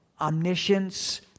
omniscience